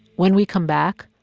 when we come back,